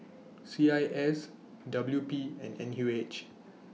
C I S W P and N U H